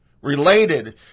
Related